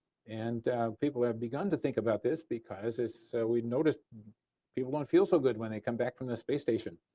and people have begun to think about this because so we notice people won't feel so good when they come back from the space station.